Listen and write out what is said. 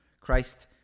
Christ